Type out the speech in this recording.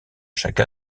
chaque